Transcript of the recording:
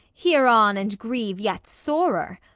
hear on and grieve yet sorer.